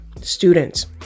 students